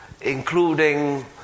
including